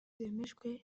bemejwe